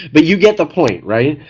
but you get the point right.